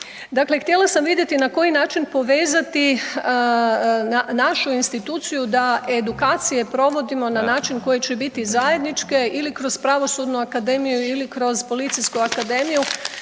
Dakle, htjela sam vidjeti na koji način povezati našu instituciju da edukacije provodimo na način koji će biti zajedničke ili kroz Pravosudnu akademiju ili kroz Policijsku akademiju,